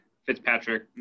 Fitzpatrick